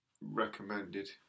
recommended